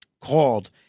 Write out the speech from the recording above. called